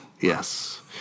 Yes